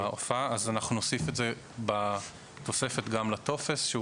ואנחנו נוסיף חתימה בתוספת לטופס.